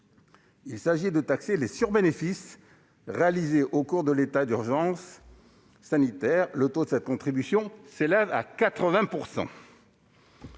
il s'agit de taxer les sur-bénéfices réalisés au cours de l'état d'urgence sanitaire. Le taux de cette contribution s'élève à 80 %.